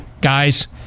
Guys